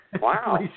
Wow